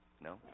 No